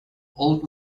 old